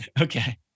Okay